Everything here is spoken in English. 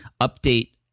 update